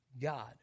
God